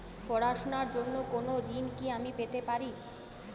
পড়াশোনা র জন্য কোনো ঋণ কি আমি পেতে পারি?